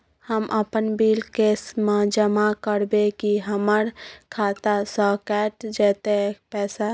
हम अपन bill cash म जमा करबै की हमर खाता स कैट जेतै पैसा?